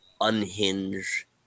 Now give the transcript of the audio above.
unhinge